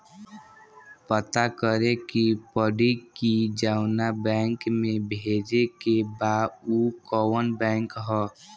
पता करे के पड़ी कि जवना बैंक में भेजे के बा उ कवन बैंक ह